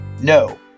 No